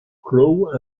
crowe